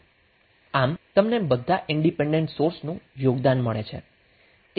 આમ તમને બધા ઇન્ડિપેન્ડન્ટ સોર્સનું યોગદાન મળે છે